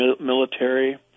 military